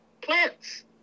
plants